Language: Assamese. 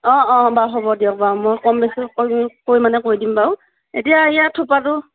অ অ বাৰু হ'ব দিয়ক বাৰু মই কম বেছ পৰিমাণে কৰি দিম বাৰু এতিয়া ইয়াৰ থোপাটো